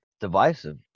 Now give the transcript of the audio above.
Divisive